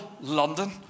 London